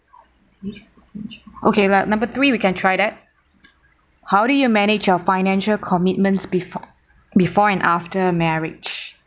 okay lah number three we can try that how do you manage your financial commitments before before and after marriage